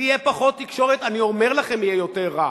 תהיה פחות תקשורת, אני אומר לכם, יהיה יותר רע.